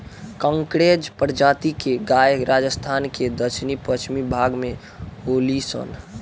कांकरेज प्रजाति के गाय राजस्थान के दक्षिण पश्चिम भाग में होली सन